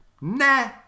nah